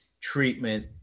treatment